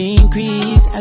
increase